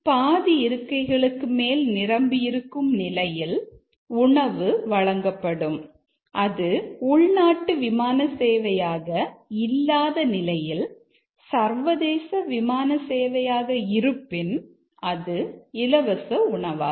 பாதி இருக்கைகளுக்கு மேல் நிரம்பியிருக்கும் நிலையில் உணவு வழங்கப்படும் அது உள்நாட்டு விமான சேவையாக இல்லாத நிலையில் சர்வதேச விமான சேவையாக இருப்பின் அது இலவச உணவாகும்